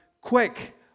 quick